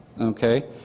Okay